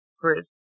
Chris